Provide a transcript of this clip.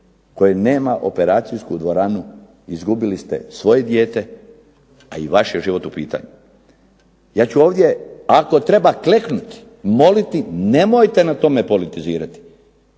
koje nema operacijsku dvoranu izgubili ste svoje dijete, a i vaš je život u pitanju. Ja u ovdje ako treba kleknuti, moliti, nemojte na tome politizirati.